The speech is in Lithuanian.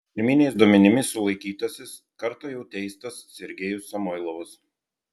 pirminiais duomenimis sulaikytasis kartą jau teistas sergejus samoilovas